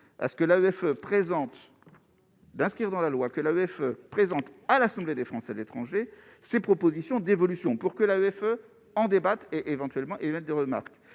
à ce que l'AMF présente d'inscrire dans la loi que l'AMF présente à l'Assemblée des Français de l'étranger, ces propositions d'évolution pour que la greffe en débattent et éventuellement émettre des remarques,